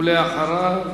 אחריו,